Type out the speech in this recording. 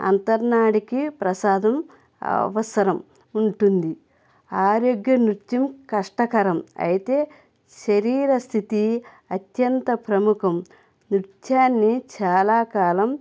అంతర్నాడికి ప్రసాదం అవసరం ఉంటుంది ఆరోగ్య నృత్యం కష్టకరం అయితే శరీరస్థితి అత్యంత ప్రముఖం నృత్యాన్ని చాలాకాలం